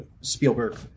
Spielberg